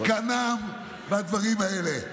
זקנם והדברים האלה.